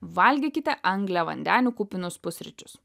valgykite angliavandenių kupinus pusryčius